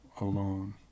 alone